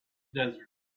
desert